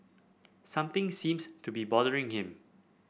something seems to be bothering him